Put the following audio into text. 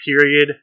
period